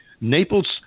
Naples